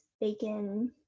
bacon